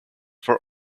for